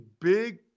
big